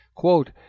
Quote